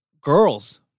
girls